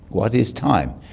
what is time?